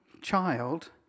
child